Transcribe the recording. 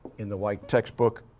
in the white textbook.